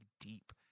deep